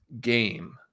game